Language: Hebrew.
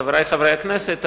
חברי חברי הכנסת,